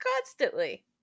constantly